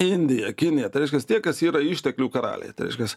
indija kinija tai reiškias tie kas yra išteklių karaliai tai reiškias